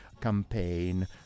campaign